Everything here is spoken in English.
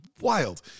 wild